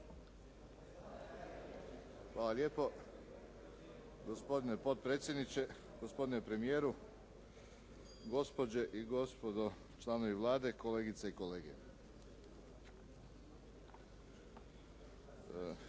Hvala lijepo, gospodine potpredsjedniče. Gospodine premijeru, gospođe i gospodo članovi Vlade, kolegice i kolege.